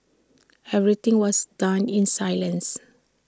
everything was done in silence